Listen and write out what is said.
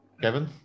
Kevin